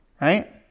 right